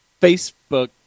facebook